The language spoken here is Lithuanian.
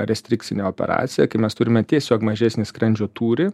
restrikcinę operaciją kai mes turime tiesiog mažesnį skrandžio tūrį